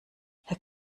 herr